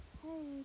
hey